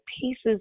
pieces